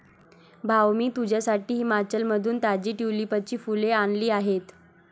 भाऊ, मी तुझ्यासाठी हिमाचलमधून ताजी ट्यूलिपची फुले आणली आहेत